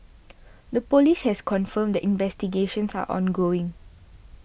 the police has confirmed that investigations are ongoing